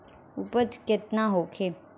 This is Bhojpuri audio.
उपज केतना होखे?